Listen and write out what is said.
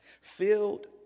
filled